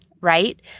right